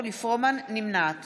נמנעת